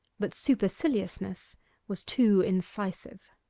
but superciliousness was too incisive.